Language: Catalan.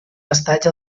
estatge